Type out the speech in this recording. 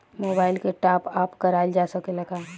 Mobile के top up कराइल जा सकेला का?